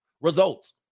Results